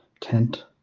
tent